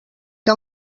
que